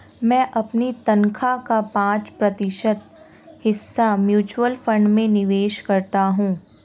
मैं अपनी तनख्वाह का पाँच प्रतिशत हिस्सा म्यूचुअल फंड में निवेश करता हूँ